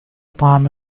طعام